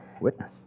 Witness